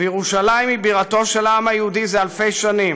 וירושלים היא בירתו של העם היהודי זה אלפי שנים.